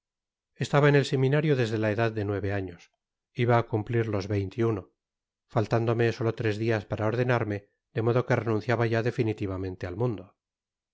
estaba en el seminario desde ta edad de nueve años iba á cumplir los veinte y uno faltándome solo tres dias para ordenarme de modo que renunciaba ya definitivamente al mundo